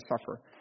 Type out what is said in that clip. suffer